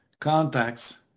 contacts